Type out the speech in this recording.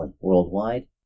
worldwide